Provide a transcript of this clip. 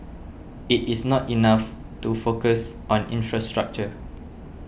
it is not enough to focus on infrastructure